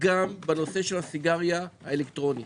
גם בנושא הסיגריה האלקטרונית.